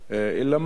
אלא מאי?